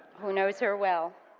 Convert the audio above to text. who knows her well.